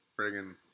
friggin